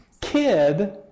kid